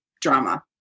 drama